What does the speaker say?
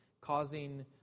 causing